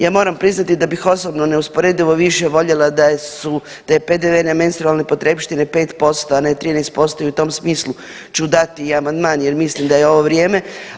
Ja moram priznati da bih osobno neusporedivo više voljela da je PDV na menstrualne potrepštine 5%, a ne 13% i u tom smislu ću dati i amandman jer mislim da je ovo vrijeme.